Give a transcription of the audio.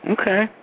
Okay